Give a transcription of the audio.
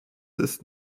ist